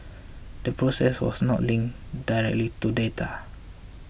the process was not linked directly to data